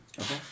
Okay